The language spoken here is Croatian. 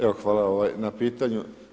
Evo hvala na pitanju.